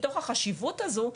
מתוך החשיבות הזו,